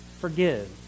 forgive